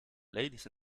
ladies